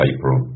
April